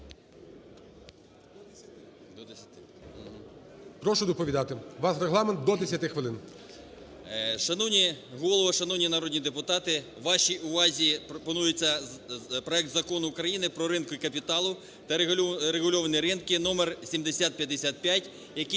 Прошу доповідати. У вас регламент – до 10 хвилин.